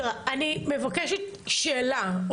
אני מבקשת שאלה.